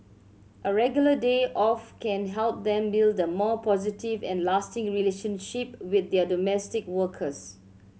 a regular day off can help them build a more positive and lasting relationship with their domestic workers